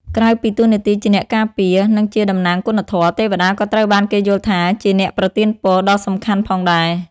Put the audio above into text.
ក្រៅពីតួនាទីជាអ្នកការពារ និងជាតំណាងគុណធម៌ ទេវតាក៏ត្រូវបានគេយល់ថាជា អ្នកប្រទានពរ ដ៏សំខាន់ផងដែរ។